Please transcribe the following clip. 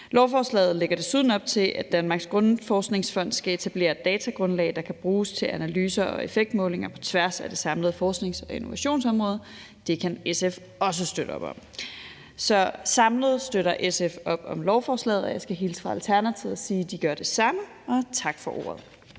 Lovforslaget lægger desuden op til, at Danmarks Grundforskningsfond skal etablere et datagrundlag, der kan bruges til analyser og effektmålinger på tværs af det samlede forsknings- og innovationsområde, og det kan SF også støtte op om. Så samlet støtter SF op om lovforslaget, og jeg skal hilse fra Alternativet og sige, at de gør det samme. Tak for ordet.